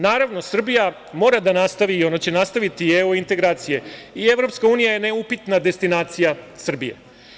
Naravno, Srbija mora da nastavi i ona će nastaviti u EU integracije, i EU je neupitna destinacija Srbije.